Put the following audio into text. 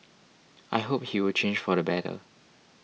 I hope he will change for the better